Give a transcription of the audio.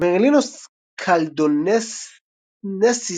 מרלינוס קלדוננסיס,